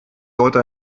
sollte